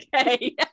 Okay